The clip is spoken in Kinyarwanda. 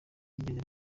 bigeze